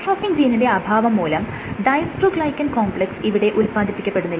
dystrophin ജീനിന്റെ അഭാവം മൂലം ഡയ്സ്ട്രോഗ്ലൈകെൻ കോംപ്ലെക്സ് ഇവിടെ ഉത്പാദിപ്പിക്കപ്പെടുന്നില്ല